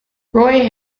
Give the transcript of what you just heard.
roy